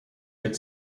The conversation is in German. wird